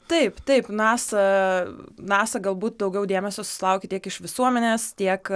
taip taip nasa nasa galbūt daugiau dėmesio susilaukia tiek iš visuomenės tiek